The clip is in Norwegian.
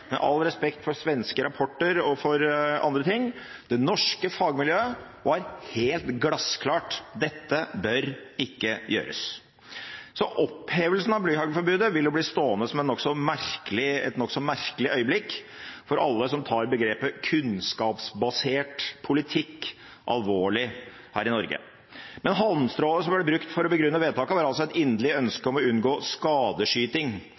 Med all respekt for svenske rapporter og for andre ting – det norske fagmiljøet var helt glassklart: Dette bør ikke gjøres. Så opphevelsen av blyhaglforbudet vil bli stående som et nokså merkelig øyeblikk for alle som tar begrepet «kunnskapsbasert politikk» alvorlig her i Norge. Halmstrået som ble brukt for å begrunne vedtaket, var et inderlig ønske om å unngå skadeskyting,